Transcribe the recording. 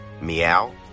Meow